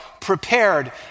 prepared